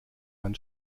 man